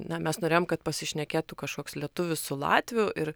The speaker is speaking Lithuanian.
na mes norėjom kad pasišnekėtų kažkoks lietuvis su latviu ir